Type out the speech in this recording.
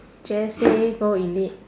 just say go elite